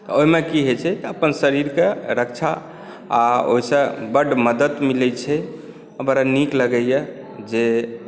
ओहिमे की होइत छै तऽ अपन शरीरके रक्षा आ ओहिसँ बड्ड मदति मिलैत छै बड़ा नीक लगैए जे